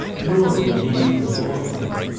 nor, indeed, for the ballroom.